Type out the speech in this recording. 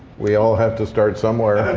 we all have to start somewhere.